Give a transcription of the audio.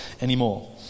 anymore